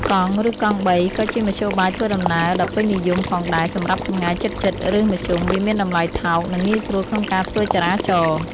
កង់ ឬកង់បី ក៏ជាមធ្យោបាយធ្វើដំណើរដ៏ពេញនិយមផងដែរសម្រាប់ចម្ងាយជិតៗ ឬមធ្យម វាមានតម្លៃថោក និងងាយស្រួលក្នុងការធ្វើចរាចរណ៍។